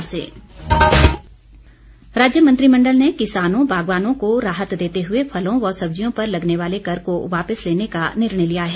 cabinet राज्य मंत्रिमंडल ने किसानों बागवानों को राहत देते हुए फलों व सब्जियों पर लगने वाले कर को वापिस लेने का निर्णय लिया है